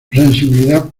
sensibilidad